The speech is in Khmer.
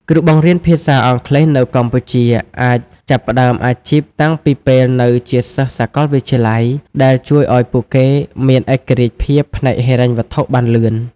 គ្រូបង្រៀនភាសាអង់គ្លេសនៅកម្ពុជាអាចចាប់ផ្តើមអាជីពតាំងពីពេលនៅជាសិស្សសាកលវិទ្យាល័យ ដែលជួយឱ្យពួកគេមានឯករាជ្យភាពផ្នែកហិរញ្ញវត្ថុបានលឿន។